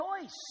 choice